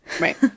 Right